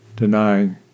Denying